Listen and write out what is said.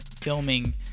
filming